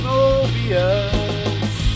Mobius